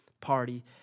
party